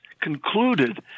concluded